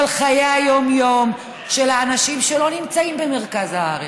על חיי היום-יום של האנשים שלא נמצאים במרכז הארץ.